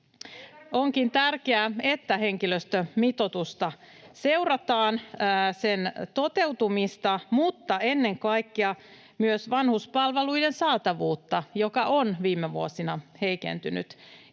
Onkin tärkeää, että seurataan henkilöstömitoituksen toteutumista, mutta ennen kaikkea myös vanhuspalveluiden saatavuutta, joka on viime vuosina heikentynyt,